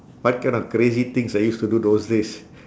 what kind of crazy things I used to do those days